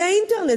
היא האינטרנט.